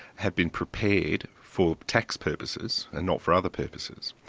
had been prepared for tax purposes and not for other purposes.